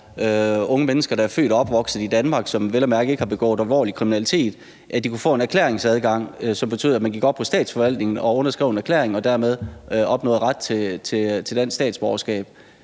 unge mennesker, der er født og opvokset i Danmark, som vel at mærke ikke har begået alvorlig kriminalitet, at de kunne få en erklæringsadgang, som betød, at man gik op på statsforvaltningen og underskrev en erklæring og dermed opnåede ret til dansk statsborgerskab.